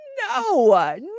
no